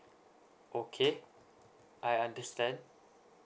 okay I understand